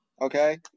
Okay